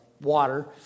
water